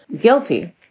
guilty